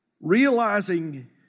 Realizing